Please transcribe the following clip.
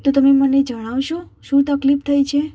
તો તમે મને જણાવશો શું તકલીફ થઈ છે